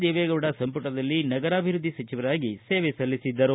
ದೇವೇಗೌಡ ಸಂಪುಟದಲ್ಲಿ ನಗರಾಭಿವೃದ್ದಿ ಸಚಿವರಾಗಿ ಸೇವೆ ಸಲ್ಲಿಸಿದ್ದರು